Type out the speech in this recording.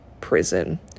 prison